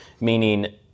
meaning